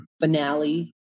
finale